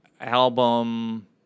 album